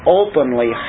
openly